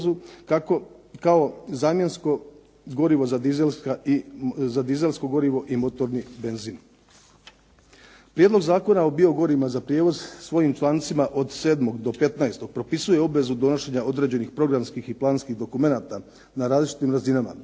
kao zamjensko gorivo za dizelsko gorivo i motorni benzin. Prijedlog zakona o biogorivima za prijevoz svojim člancima od 7. do 15. propisuje obvezu donošenja određenih programskih i planskih dokumenata na različitim razinama.